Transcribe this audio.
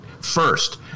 First